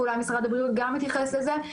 ואולי משרד הבריאות גם יתייחס לזה,